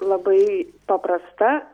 labai paprasta